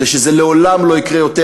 כדי שזה לעולם לא יקרה יותר.